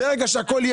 ג'ובים?